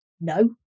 No